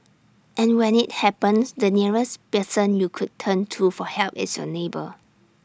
and when IT happens the nearest person you could turn to for help is your neighbour